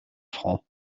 francs